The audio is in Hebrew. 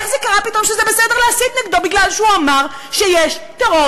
איך קרה פתאום שזה בסדר להסית נגדו כי הוא אמר שיש טרור